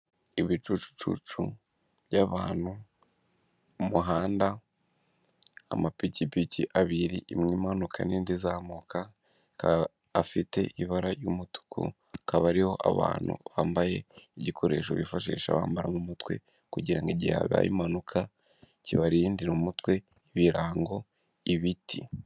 Ibicucu by,abantu, umuhanda, amapikipiki abiri imwe imanuka n'indi izamuka afite ibara ry'umutuku hakaba hariho abantu bambaye igikoresho bifashisha bambara mu mutwe kugira ngo igihe habaye impanuka kibarindira umutwe ibirango ibiti.